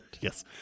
Yes